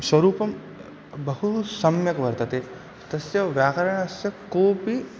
स्वरूपं बहु सम्यक् वर्तते तस्य व्याकरणस्य कोपि